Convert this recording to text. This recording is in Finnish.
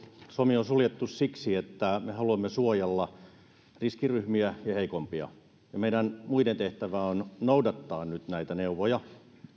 suomi on suljettu siksi että me haluamme suojella riskiryhmiä ja heikompia ja meidän muiden tehtävä on noudattaa nyt näitä neuvoja